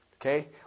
okay